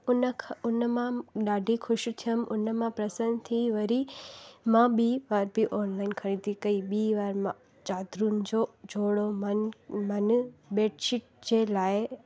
हुन खां हुन मां ॾाढी ख़ुशि थियमि उन मां प्रसन थी वरी मां ॿी बार बि ऑनलाइन ख़रीदी कई ॿी वार मां चादरुनि जो जोड़ो माना माना बैडशीट जे लाइ